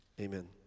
Amen